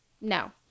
No